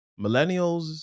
millennials